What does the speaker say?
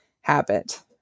habit